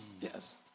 Yes